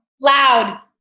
loud